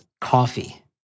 coffee